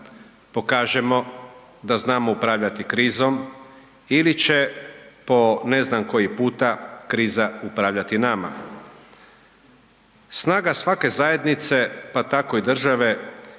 pokažemo da znamo upravljati krizom ili će, po ne znam koji puta, kriza upravljati nama. Snaga svake zajednice, pa tako i države